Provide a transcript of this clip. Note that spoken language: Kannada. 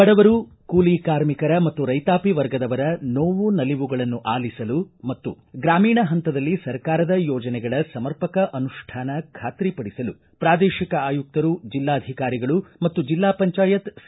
ಬಡವರು ಕೂಲಿ ಕಾರ್ಮಿಕರ ಮತ್ತು ರೈತಾಪಿ ವರ್ಗದವರ ನೋವು ನಲಿವುಗಳನ್ನು ಆಲಿಸಲು ಮತ್ತು ಗ್ರಾಮೀಣ ಹಂತದಲ್ಲಿ ಸರ್ಕಾರದ ಯೋಜನೆಗಳ ಸಮರ್ಪಕ ಅನುಷ್ಠಾನ ಖಾತ್ರಿ ಪಡಿಸಲು ಪ್ರಾದೇಶಿಕ ಆಯುಕ್ತರು ಜಿಲ್ಲಾಧಿಕಾರಿಗಳು ಮತ್ತು ಜಿಲ್ಲಾ ಪಂಚಾಯತ್ ಸಿ